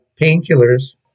painkillers